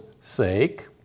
sake